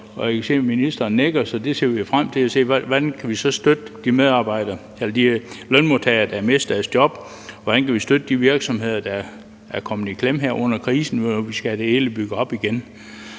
at ministeren nikker, så vi ser frem til at se på, hvordan vi så kan støtte de lønmodtagere, der har mistet deres job, og hvordan vi kan støtte de virksomheder, der er kommet i klemme her under krisen, når vi skal have det hele bygget